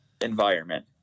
environment